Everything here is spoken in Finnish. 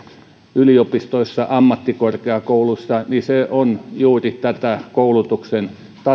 yliopistoissa ammattikorkeakouluissa on juuri tätä koulutuksen tason